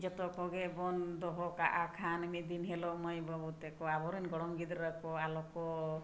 ᱡᱷᱚᱛᱚ ᱠᱚᱜᱮᱵᱚᱱ ᱫᱚᱦᱚ ᱠᱟᱜᱼᱟ ᱠᱷᱟᱱ ᱢᱤᱫ ᱫᱤᱱ ᱦᱤᱞᱳᱜ ᱢᱟᱹᱭ ᱵᱟᱹᱵᱩ ᱛᱮᱠᱚ ᱟᱵᱚᱨᱮᱱ ᱜᱚᱲᱚᱢ ᱜᱤᱫᱽᱨᱟᱹ ᱠᱚ ᱟᱞᱚᱠᱚ